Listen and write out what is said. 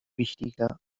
wichtiger